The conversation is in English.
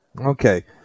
Okay